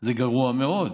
זה גרוע מאוד.